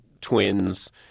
twins